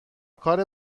کار